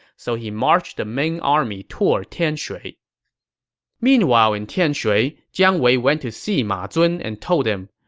so he marched the main army toward tianshui meanwhile in tianshui, jiang wei went to see ma zun and told him,